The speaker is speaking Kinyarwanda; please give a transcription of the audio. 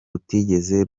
rutigeze